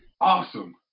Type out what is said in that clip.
awesome